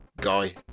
guy